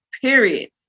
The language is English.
period